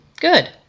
good